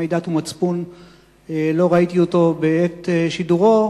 מטעמי דת ומצפון לא ראיתי אותו בעת שידורו,